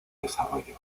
desarrollo